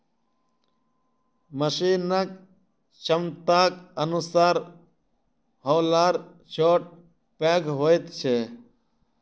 मशीनक क्षमताक अनुसार हौलर छोट पैघ होइत छै